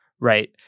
right